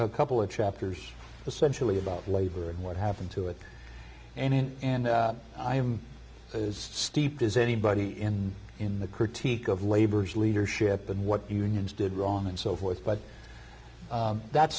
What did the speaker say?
a couple of chapters essentially about labor and what happened to it and i am as steep as anybody in the in the critique of labor's leadership and what unions did wrong and so forth but that